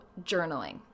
journaling